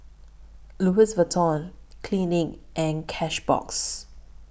Louis Vuitton Clinique and Cashbox